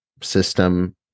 system